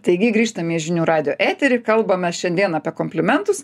taigi grįžtame į žinių radijo eterį kalbame šiandien apie komplimentus